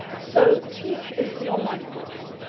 so teach is the online course.